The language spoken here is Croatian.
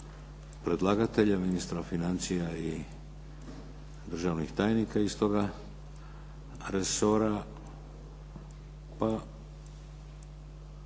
predlagatelja ministra financija i državnih tajnika iz toga resora.